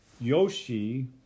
Yoshi